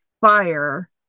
fire